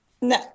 No